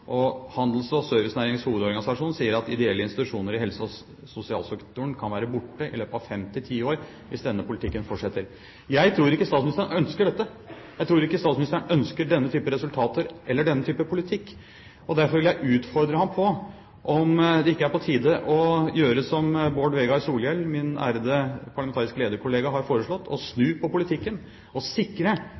tidligere Handels- og Servicenæringens Hovedorganisasjon – sier at ideelle institusjoner i helse- og sosialsektoren kan være borte i løpet av fem til ti år hvis denne politikken fortsetter. Jeg tror ikke statsministeren ønsker dette. Jeg tror ikke statsministeren ønsker denne type resultater eller denne type politikk. Derfor vil jeg utfordre ham på om det ikke er på tide å gjøre som Bård Vegar Solhjell, min ærede parlamentarisk lederkollega har foreslått: å snu på politikken og sikre